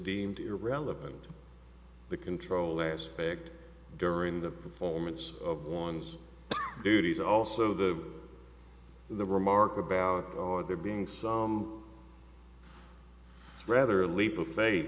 deemed irrelevant to the control aspect during the performance of one's duties also the the remark about or there being some rather a leap of faith